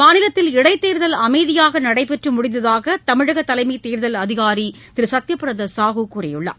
மாநிலத்தில் இடைத் தேர்தல் அமைதியாக நடைபெற்று முடிந்ததாக தமிழக தலைமைத் தேர்தல் அதிகாரி திரு சத்யபிரதா சாஹூ கூறியுள்ளார்